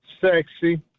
sexy